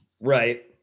Right